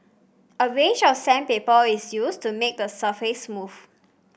a range of sandpaper is used to make the surface smooth